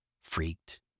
freaked